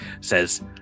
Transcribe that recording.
says